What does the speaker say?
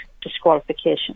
disqualification